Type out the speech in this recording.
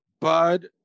Bud